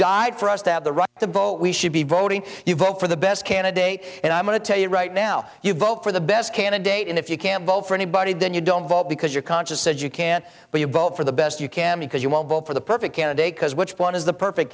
died for us to have the right to vote we should be voting you vote for the best candidate and i'm going to tell you right now you vote for the best candidate and if you can't vote for anybody then you don't vote because your conscience says you can't but you vote for the best you can because you won't vote for the perfect candidate because which one is the perfect